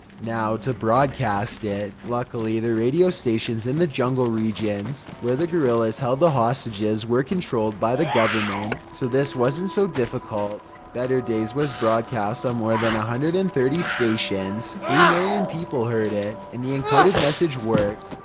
now, to broadcast it. it. luckily, the radio stations in the jungle regions where the guerrillas held the hostages were controlled by the government, so this wasn't so difficult. better days was broadcast on more than one ah hundred and thirty stations. three million people heard it. and the encoded message worked.